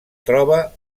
troba